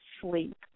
sleep